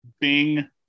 Bing